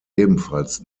ebenfalls